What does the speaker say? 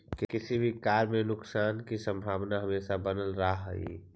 किसी भी कार्य में नुकसान की संभावना हमेशा बनल रहअ हई